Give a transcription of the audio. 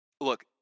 look